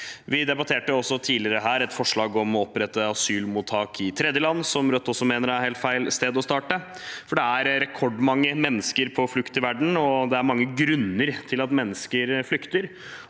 Vi debatterte tidligere et forslag om å opprette asylmottak i tredjeland, noe Rødt mener er helt feil sted å starte. Det er rekordmange mennesker på flukt i verden, og det er mange grunner til at mennesker flykter.